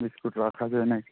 biscuit রাখা যায় নাকি